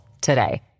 today